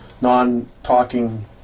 non-talking